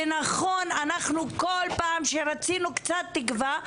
ונכון אנחנו כל פעם שרצינו קצת תקווה,